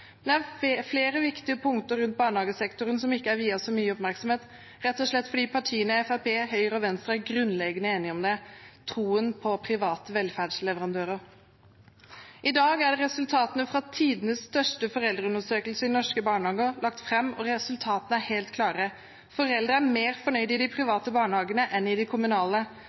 skolestart. Det er flere viktige punkter rundt barnehagesektoren som ikke er viet så mye oppmerksomhet, rett og slett fordi Fremskrittspartiet, Høyre og Venstre er grunnleggende enige om dem – troen på private velferdsleverandører. I dag er resultatene fra tidenes største foreldreundersøkelse i norske barnehager lagt fram, og resultatene er helt klare: Foreldrene er mer fornøyde i de private barnehagene enn i de kommunale.